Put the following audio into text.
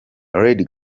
lady